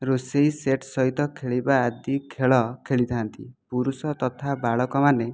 ରୋଷେଇ ସେଟ୍ ସହିତ ଖେଳିବା ଆଦି ଖେଳ ଖେଳିଥାନ୍ତି ପୁରୁଷ ତଥା ବାଳକମାନେ